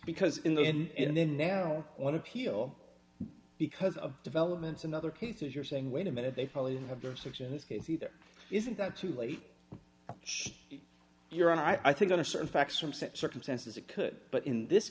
because in the end and then now on appeal because of developments in other cases you're saying wait a minute they probably have jurisdiction this case either isn't that too late you're on i think on a certain facts from set circumstances it could but in this